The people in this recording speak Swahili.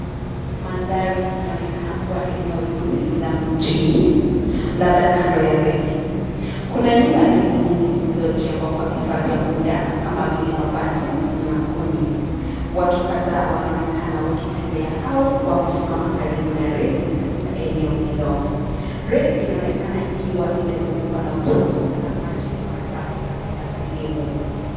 Mandhari inaonekana kuwa eneo duni la mjini, labda kando ya reli. Kuna nyumba duni nyingi zilizojengwa kwa vifaa vya muda kama vile mabati na kuni. Watu kadhaa wanaonekana wakitembea au wamesimama karibu na reli katika eneo hilo. Reli inaonekana ikiwa imezungukwa na uchafu na maji machafu katika sehemu.